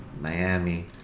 Miami